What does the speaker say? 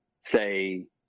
say